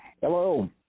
Hello